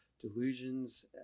Delusions